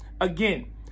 Again